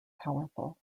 powerful